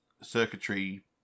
circuitry